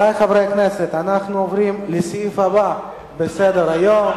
אנחנו עוברים לסעיף הבא בסדר-היום: